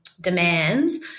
demands